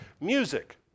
music